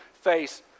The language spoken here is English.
face